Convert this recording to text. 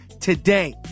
today